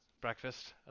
breakfast